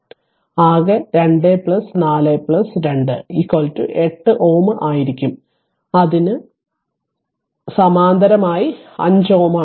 അതിനാൽ ആകെ 242 8Ω ആയിരിക്കും 5 സമാന്തരമായി ആണ്